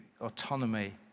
autonomy